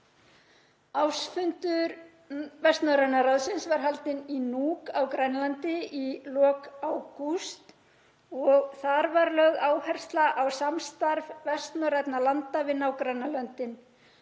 Ársfundur Vestnorræna ráðsins var haldinn í Nuuk á Grænlandi í lok ágúst og þar var lögð áhersla á samstarf vestnorrænna landa við nágrannalöndin.